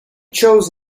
chose